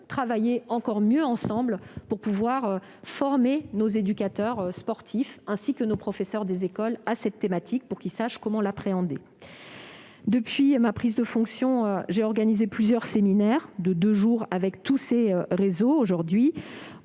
travaillerons encore davantage de concert pour former nos éducateurs sportifs, ainsi que nos professeurs des écoles, à cette thématique : il importe qu'ils sachent comment l'appréhender. Depuis ma prise de fonction, j'ai organisé plusieurs séminaires de deux jours avec tous ces réseaux.